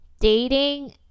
dating